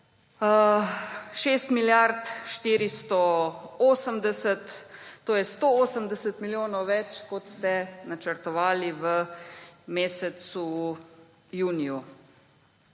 to je 180 milijonov več, kot ste načrtovali v mesecu juniju.